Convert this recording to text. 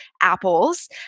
apples